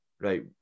right